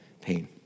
pain